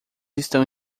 estão